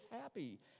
happy